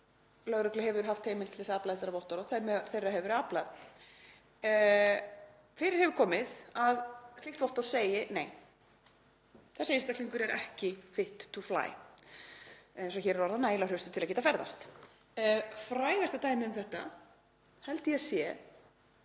lögregla hefur haft heimild til þess að afla þessara vottorða og þeirra hefur verið aflað. Fyrir hefur komið að slíkt vottorð segi: Nei, þessi einstaklingur er ekki „fit to fly“ eða eins og það er orðað hér, nægilega hraustur til að geta ferðast. Frægasta dæmið um þetta held ég að sé